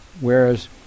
whereas